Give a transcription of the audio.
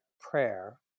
prayer